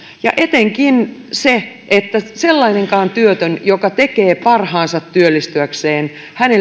etenkin sen että sellaisellakaan työttömällä joka tekee parhaansa työllistyäkseen ei